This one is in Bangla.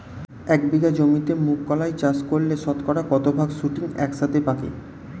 এক বিঘা জমিতে মুঘ কলাই চাষ করলে শতকরা কত ভাগ শুটিং একসাথে পাকে?